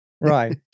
right